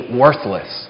worthless